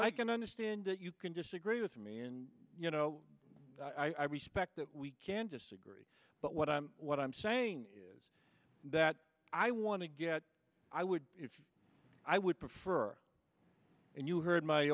i can understand that you can disagree with me and you know i respect that we can disagree but what i'm what i'm saying is that i want to get i would if i would prefer and you heard my